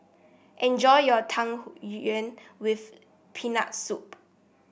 enjoy your Tang Yuen with Peanut Soup